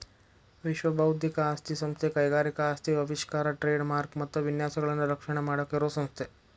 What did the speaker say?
ವಿಶ್ವ ಬೌದ್ಧಿಕ ಆಸ್ತಿ ಸಂಸ್ಥೆ ಕೈಗಾರಿಕಾ ಆಸ್ತಿ ಆವಿಷ್ಕಾರ ಟ್ರೇಡ್ ಮಾರ್ಕ ಮತ್ತ ವಿನ್ಯಾಸಗಳನ್ನ ರಕ್ಷಣೆ ಮಾಡಾಕ ಇರೋ ಸಂಸ್ಥೆ